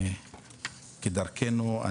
כדרכנו,